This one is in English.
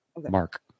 Mark